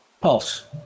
Pulse